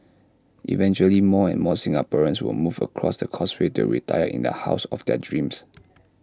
eventually more and more Singaporeans will move across the causeway to retire in the house of their dreams